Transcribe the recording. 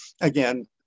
again